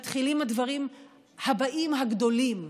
מתחילים הדברים הבאים הגדולים.